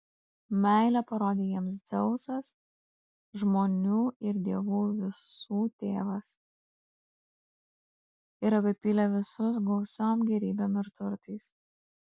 meilę parodė jiems dzeusas žmonių ir dievų visų tėvas ir apipylė visus gausiom gėrybėm ir turtais